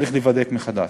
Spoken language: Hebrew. צריך להיבדק מחדש.